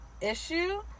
issue